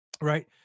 right